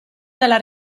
della